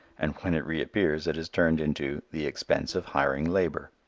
and when it reappears it has turned into the expense of hiring labor.